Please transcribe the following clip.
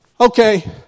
Okay